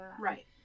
right